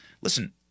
listen